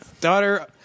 daughter